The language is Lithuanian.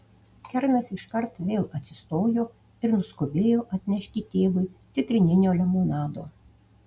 kernas iškart vėl atsistojo ir nuskubėjo atnešti tėvui citrininio limonado